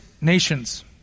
nations